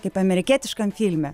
kaip amerikietiškam filme